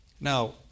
Now